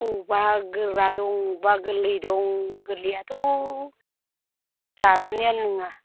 अबेबा गोरा दं अबेबा गोरलै दं गोरलैआथ' जाजानायानो नङा